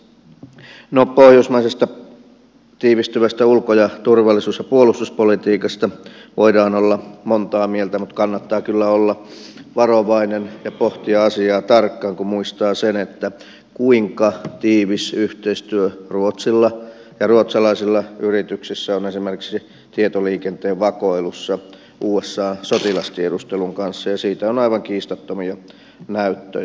no pohjoismaisesta tiivistyvästä ulko turvallisuus ja puolustuspolitiikasta voidaan olla monta mieltä mutta kannattaa kyllä olla varovainen ja pohtia asiaa tarkkaan kun muistaa sen kuinka tiivis yhteistyö ruotsilla ja ruotsalaisilla yrityksillä on esimerkiksi tietoliikenteen vakoilussa usan sotilastiedustelun kanssa ja siitä on aivan kiistattomia näyttöjä